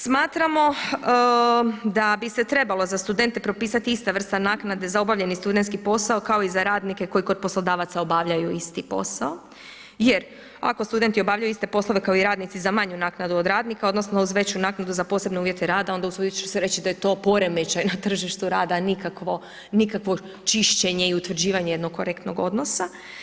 Smatramo da bi se trebalo za studente propisati ista vrsta naknade za obavljeni studentski posao kao i za radnike koji kod poslodavaca obavljaju isti posao jer ako studenti obavljaju iste poslove kao i radnici za manju naknadu od radnika odnosno uz veću naknadu za posebne uvjete rada onda usudit ću se reći da je to poremećaj na tržištu rada, a nikakvog čišćenje i utvrđivanje jednog korektnog odnosa.